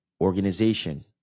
Organization